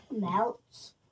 melts